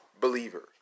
believer